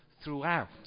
throughout